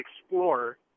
Explorer